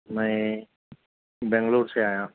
میں بنگلور سے آیا